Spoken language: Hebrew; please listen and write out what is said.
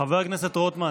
חבר הכנסת רוטמן,